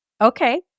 Okay